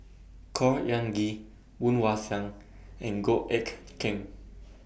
Khor Ean Ghee Woon Wah Siang and Goh Eck Kheng